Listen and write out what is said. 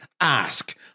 ask